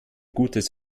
gutes